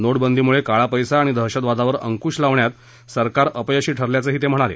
नोडिदीमुळे काळा पैसा आणि दहशतवादावर अंकृश लावण्यात सरकार अपयशी ठरल्याचंही ते म्हणाले